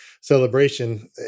celebration